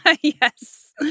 Yes